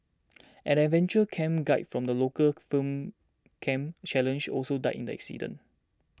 an adventure camp guide from the local firm Camp Challenge also died in the incident